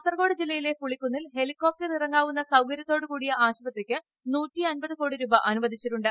കാസർഗോഡ് ജില്ലയിലെ പുളിക്കുന്നിൽ ഹെലികോപ്റ്റർ ഇറങ്ങാവുന്ന സൌകര്യത്തോടുകൂടിയ ആശുപത്രിക്ക് രുപ അനുവദിച്ചിട്ടുണ്ട്